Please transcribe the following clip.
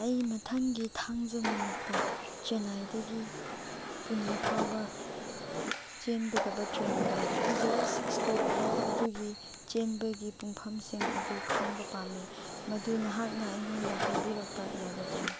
ꯑꯩ ꯃꯊꯪꯒꯤ ꯊꯥꯡꯖ ꯅꯨꯃꯤꯠꯇ ꯆꯦꯅꯥꯏꯗꯒꯤ ꯄꯨꯅꯦ ꯐꯥꯎꯕ ꯆꯦꯟꯒꯗꯕ train number two zero six two ꯑꯗꯨꯒꯤ ꯆꯦꯟꯕꯒꯤ ꯄꯨꯡꯐꯝꯁꯤꯡ ꯑꯗꯨ ꯈꯪꯕ ꯄꯥꯝꯏ ꯃꯗꯨ ꯅꯍꯥꯛꯅ ꯑꯩꯉꯣꯟꯗ ꯍꯥꯏꯕꯤꯔꯛꯄ ꯌꯥꯒꯗ꯭ꯔꯥ